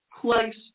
place